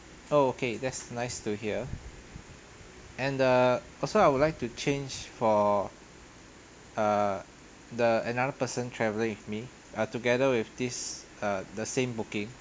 oh okay that's nice to hear and the also I would like to change for uh the another person traveling with me ah together with this ah the same booking